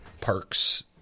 parks